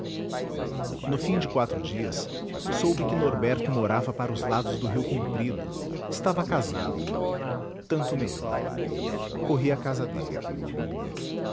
no fim de quatro dias soube que norberto morava para os lados do rio comprido estava casado tanto melhor corri a casa dele